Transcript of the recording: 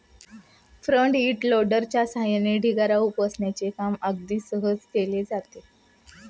front end लोडरच्या सहाय्याने ढिगारा उपसण्याचे काम अगदी सहज केले जाते